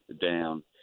down